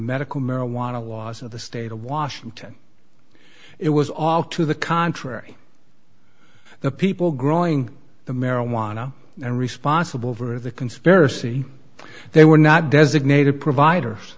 medical marijuana laws of the state of washington it was all to the contrary the people growing the marijuana and responsible for the conspiracy they were not designated providers